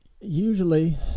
usually